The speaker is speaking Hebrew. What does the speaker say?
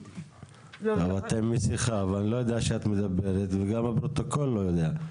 אבל את עם מסכה ואני לא יודע שאת מדברת וגם הפרוטוקול לא יודע.